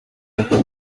байхыг